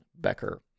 Becker